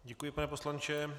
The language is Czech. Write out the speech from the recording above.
Děkuji, pane poslanče.